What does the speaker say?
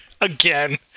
Again